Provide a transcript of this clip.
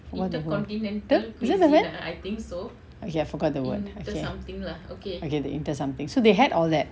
oh no is it the word okay I forgot the word okay okay the inter~ something so they had all that